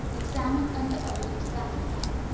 examined under oath to that effect,